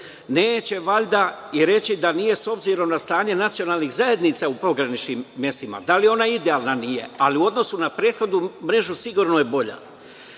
Neće valjda negirati i reći da nije, s obzirom na stanje nacionalnih zajednica u pograničnim mestima, da li je ona idealna. Nije, ali u odnosu na prethodnu mrežu, sigurno je bolja.